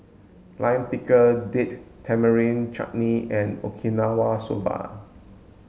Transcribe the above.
Lime Pickle Date Tamarind Chutney and Okinawa Soba